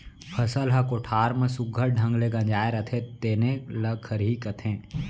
फसल ह कोठार म सुग्घर ढंग ले गंजाय रथे तेने ल खरही कथें